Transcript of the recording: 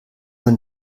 man